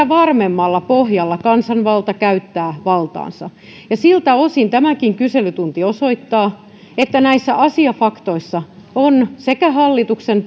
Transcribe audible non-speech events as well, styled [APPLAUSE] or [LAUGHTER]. [UNINTELLIGIBLE] varmemmalla pohjalla kansanvalta käyttää valtaansa ja siltä osin tämäkin kyselytunti osoittaa että näissä asiafaktoissa on sekä hallituksen [UNINTELLIGIBLE]